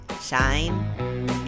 shine